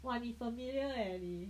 !wah! 你 familiar leh 你